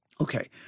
Okay